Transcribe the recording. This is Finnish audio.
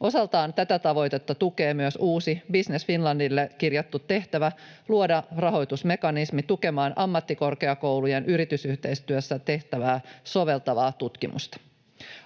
Osaltaan tätä tavoitetta tukee myös uusi Business Finlandille kirjattu tehtävä luoda rahoitusmekanismi tukemaan ammattikorkeakoulujen yritysyhteistyössä tehtävää soveltavaa tutkimusta.